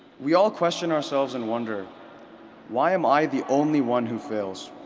we all question ourselves and wonder why am i the only one who fails.